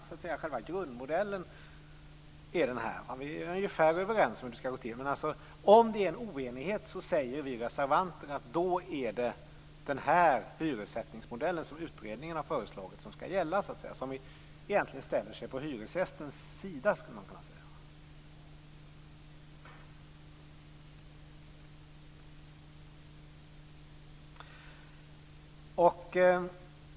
Men skillnaden mellan oss reservanter och majoriteten av utskottet är att vi vill att om det råder oenighet är det den hyressättningsmodell som utredningen har föreslagit som skall gälla. Man kan säga att den egentligen ställer sig på hyresgästens sida.